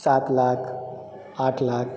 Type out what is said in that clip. सात लाख आठ लाख